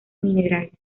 minerales